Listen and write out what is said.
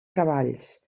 cavalls